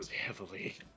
heavily